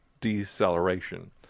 deceleration